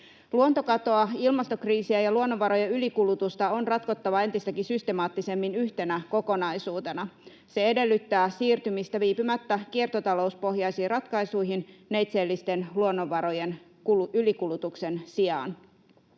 Luontokatoa, ilmastokriisiä ja luonnonvarojen ylikulutusta on ratkottava entistäkin systemaattisemmin yhtenä kokonaisuutena. Se edellyttää siirtymistä viipymättä kiertotalouspohjaisiin ratkaisuihin neitseellisten luonnonvarojen ylikulutuksen sijaan.